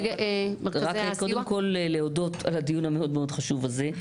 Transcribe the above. רק קודם כל להודות על הדיון המאוד מאוד חשוב הזה.